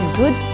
good